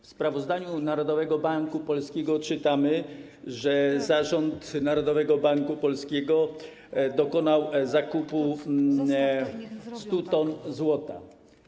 W sprawozdaniu Narodowego Banku Polskiego czytamy, że zarząd Narodowego Banku Polskiego dokonał zakupu 100 t złota.